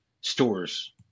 stores